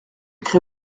crée